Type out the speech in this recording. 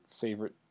favorite